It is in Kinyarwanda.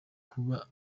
kuba